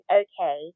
okay